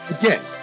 again